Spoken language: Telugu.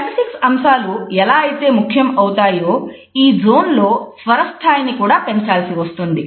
కినిసిక్స్ అంశాలు లో స్వర స్థాయిని కూడా పెంచాల్సి వస్తుంది